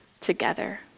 together